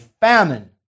famine